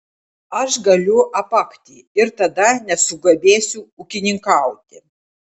aš galiu apakti ir tada nesugebėsiu ūkininkauti